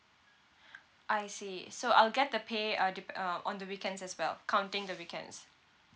I see so I'll get the pay uh dep~ uh on the weekends as well counting the weekends